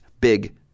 big